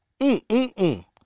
Mm-mm-mm